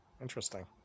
Interesting